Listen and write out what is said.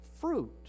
fruit